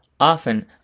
Often